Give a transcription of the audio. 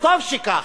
וטוב שכך,